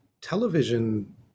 television